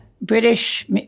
British